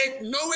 no